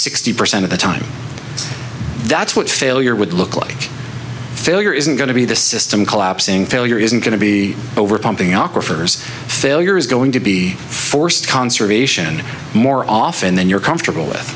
sixty percent of the time that's what failure would look like failure isn't going to be the system collapsing failure isn't going to be over pumping aquafers failure is going to be forced conservation more often than you're comfortable with